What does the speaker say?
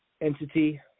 entity